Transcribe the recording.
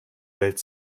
welt